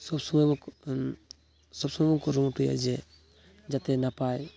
ᱥᱚᱵ ᱥᱚᱢᱚᱭ ᱥᱚᱵᱥᱚᱢᱚᱭ ᱵᱚᱱ ᱠᱩᱨᱩᱢᱩᱴᱩᱭᱟ ᱡᱮ ᱡᱟᱛᱮ ᱱᱟᱯᱟᱭ